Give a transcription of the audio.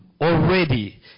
already